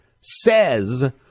says